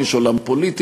יש עולם פוליטי,